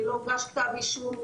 לא הוגש כתב אישום,